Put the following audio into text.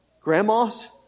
grandmas